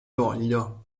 voglio